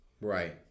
right